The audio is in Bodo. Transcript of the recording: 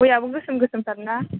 गयाबो गोसोम गोसोमथार ना